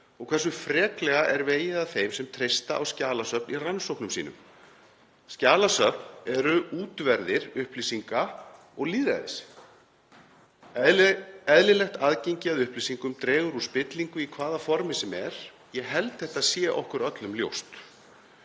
og hversu freklega er vegið að þeim sem treysta á skjalasöfn í rannsóknum sínum. Skjalasöfn eru útverðir upplýsinga og lýðræðis. Eðlilegt aðgengi að upplýsingum dregur úr spillingu í hvaða formi sem er. Ég held þetta sé okkur öllum ljóst.